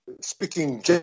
speaking